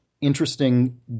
interesting